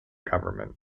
government